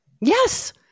Yes